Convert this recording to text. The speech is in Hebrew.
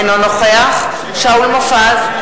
אינו נוכח שאול מופז,